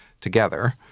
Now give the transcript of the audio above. together